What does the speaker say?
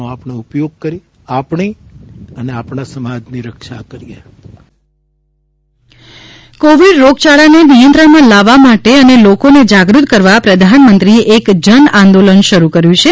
નો સંદેશ કોવિડ રોગયાળાને નિયંત્રણમાં લાવવા માટે અને લોકોને જાગૃત કરવા પ્રધાનમંત્રીએ એક જન આંદોલન શરૂ કર્યું છે